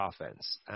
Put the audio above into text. offense